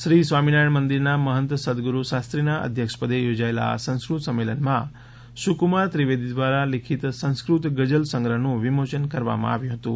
શ્રી સ્વામિનારાયણ મંદિરના મહંત સદ્ગગુરૂ શાસ્ત્રીના અધ્યક્ષપદે યોજાયેલા આ સંસ્કૃત સંમેલનમાં સુકુમાર ત્રિવેદી દ્વારા લિખિત સંસ્કૃત ગઝલ સંગ્રહનું વિમોચન કરવામાં આવ્યું હતું